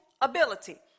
ability